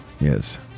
yes